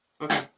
Okay